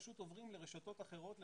פשוט עוברים לרשתות אחרות,